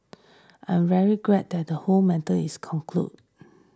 I am very glad that the whole matter is concluded